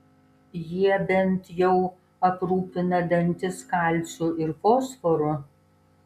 jie bent jau aprūpina dantis kalciu ir fosforu